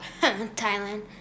Thailand